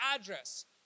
address